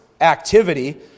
activity